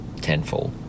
tenfold